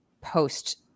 post-